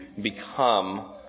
become